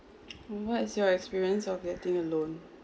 what's your experience of getting a loan